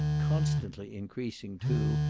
constantly increasing, too,